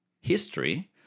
history